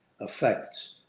affects